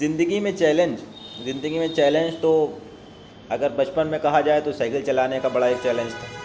زندگی میں چیلنج زندگی میں چیلنج تو اگر بچپن میں کہا جائے تو سائیکل چلانے کا بڑا ہی چلینج تھا